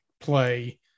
play